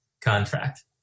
contract